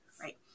right